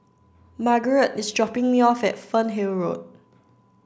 Margarette is dropping me off at Fernhill Road